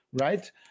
right